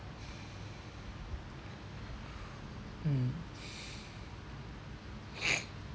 mm